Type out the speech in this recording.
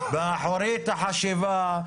באחורית החשיבה.